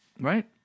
Right